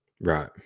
Right